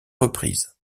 reprises